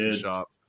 shop